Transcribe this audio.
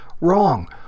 Wrong